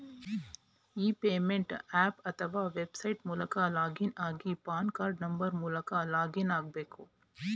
E payment app ಅತ್ವ website ಮೂಲಕ login ಆಗಿ ಪಾನ್ ಕಾರ್ಡ್ ನಂಬರ್ ಮೂಲಕ ಲಾಗಿನ್ ಆಗ್ಬೇಕು